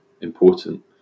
important